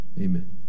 Amen